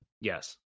Yes